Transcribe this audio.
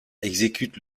exécute